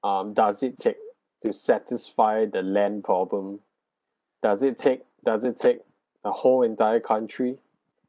um does it take to satisfy the land problem does it take does it take a whole entire country